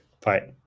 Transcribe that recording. Bye